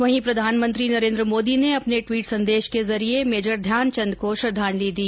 वहीं प्रधानमंत्री नरेन्द्र मोदी ने अपने ट्वीट संदेश के जरिये मेजर ध्यानचंद को श्रद्वांजलि दी